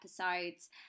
episodes